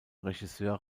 regisseur